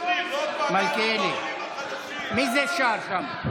מי זה שָׁר כאן?